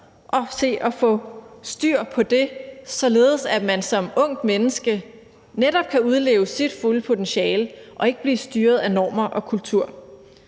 at få styr på det, således at man som ungt menneske netop kan udleve sit fulde potentiale og ikke blive styret af normer og kultur.